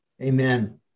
Amen